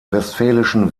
westfälischen